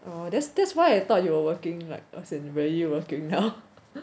oh that's that's why I thought you were working like as in really working now